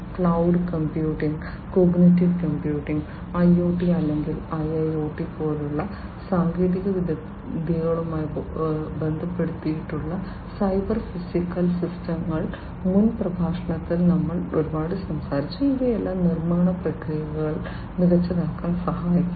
cloud computing cognitive computing IoT അല്ലെങ്കിൽ IIoT പോലുള്ള സാങ്കേതിക വിദ്യകളുമായി ബന്ധപ്പെടുത്തിയിട്ടുള്ള സൈബർ ഫിസിക്കൽ സിസ്റ്റങ്ങൾ മുൻ പ്രഭാഷണത്തിൽ ഞങ്ങൾ ഒരുപാട് സംസാരിച്ചു ഇവയെല്ലാം നിർമ്മാണ പ്രക്രിയകൾ മികച്ചതാക്കാൻ സഹായിക്കും